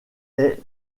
est